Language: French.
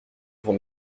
pour